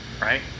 Right